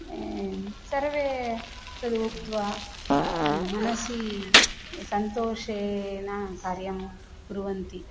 सर्वे तदुक्त्वा मनसि सन्तोषेण कार्यं कुर्वन्ती